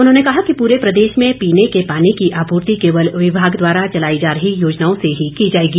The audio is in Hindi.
उन्होंने कहा कि पूरे प्रदेश में पीने के पानी की आपूर्ति केवल विभाग द्वारा चलाई जा रही योजनाओं से ही की जाएगी